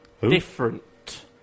different